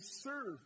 serve